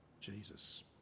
Jesus